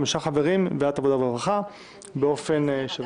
חמישה חברים מוועדת העבודה והרווחה באופן שווה.